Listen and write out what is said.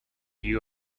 you